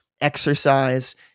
exercise